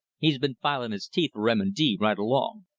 he's been filin' his teeth for m. and d. right along.